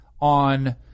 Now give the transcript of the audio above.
on